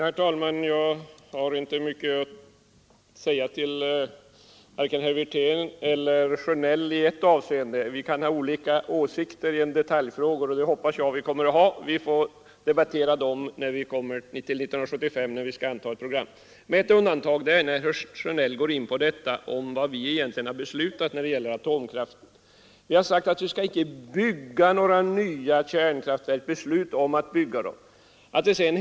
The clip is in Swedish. Herr talman! Jag har inte mycket att säga till vare sig herr Wirtén eller herr Sjönell. Vi kan ha olika åsikter i en del detaljfrågor, och det hoppas jag vi kommer att ha — vi får debattera dem 1975, när vi skall anta ett program. I huvudsak är vi ense. Men det finns ett undantag, och det är när herr Sjönell kommer in på vad vi egentligen har beslutat när det gäller atomkraften. Vi har sagt att vi inte skall fatta några beslut om att bygga några nya kärnkraftverk.